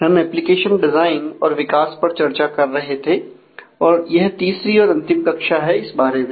हम application design और विकास पर चर्चा कर रहे थे और यह तीसरी और अंतिम कक्षा है इस बारे में